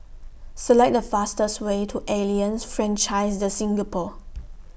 Select The fastest Way to Alliance Francaise De Singapour